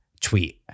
tweet